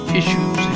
issues